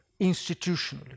institutionally